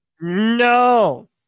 No